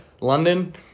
London